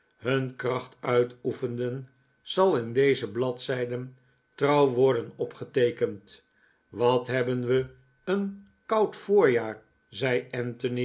hun kracht uitoefenden zal in deze bladzijden trouw worden opgeteekend wat hebben we een koud voorjaar zei